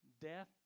Death